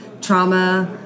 trauma